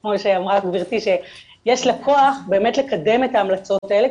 כמו שאמרה גברתי שיש לה כוח באמת לקדם את ההמלצות האלה,